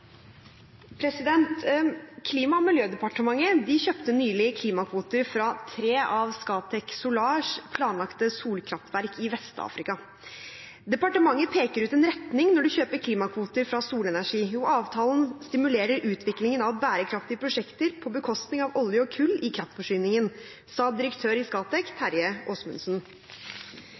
miljødepartementet kjøpte nylig klimakvoter fra tre av Scatec Solars planlagte solkraftverk i Vest-Afrika. «Klima- og miljødepartementet peker ut en retning når de kjøper klimakvoter fra solenergi, og avtalen stimulerer utviklingen av bærekraftige prosjekter på bekostning av olje og kull i kraftforsyningen.» Det har direktør i Scatec Terje